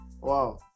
Wow